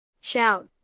Shout